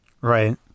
right